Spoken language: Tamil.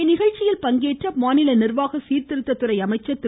இந்நிகழ்ச்சியில் பங்கேற்ற மாநில நிர்வாக சீர்திருத்த துறை அமைச்சர் திரு